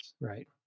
Right